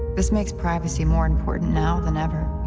this makes privacy more important now than ever.